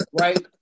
right